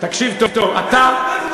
תקשיב טוב, מאיפה עלית?